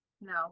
No